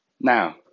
Now